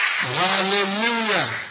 Hallelujah